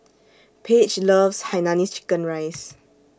Page loves Hainanese Chicken Rice